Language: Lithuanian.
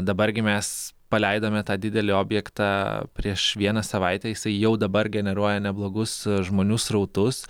dabar gi mes paleidome tą didelį objektą prieš vieną savaitę jisai jau dabar generuoja neblogus žmonių srautus